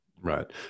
Right